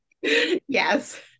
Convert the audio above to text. Yes